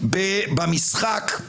הוא מחפש את המבוגר האחראי